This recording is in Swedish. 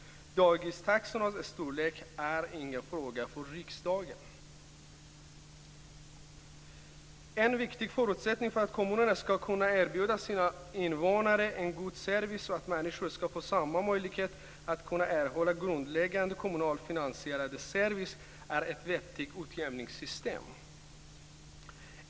Dagistaxornas storlek är ingen fråga för riksdagen. En viktig förutsättning för att kommunerna ska kunna erbjuda sina invånare en god service och att människor ska få samma möjligheter att erhålla grundläggande kommunfinansierad service är ett vettigt utjämningssystem.